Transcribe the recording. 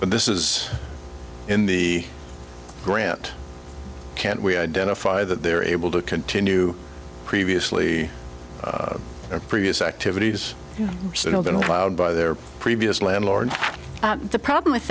but this is in the grant can we identify that they are able to continue previously the previous activities should then allowed by their previous landlord the problem